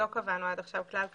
לא קבענו עכשיו כלל כזה.